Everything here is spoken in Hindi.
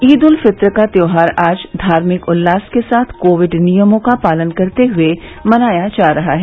ईद उल फित्र का त्यौहार आज धार्मिक उल्लास के साथ कोविड नियमों का पालन करते हुए मनाया जा रहा है